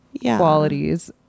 qualities